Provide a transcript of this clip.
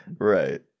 right